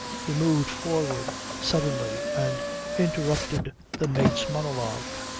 he moved forward suddenly, and interrupted the mate's monologue.